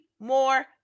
more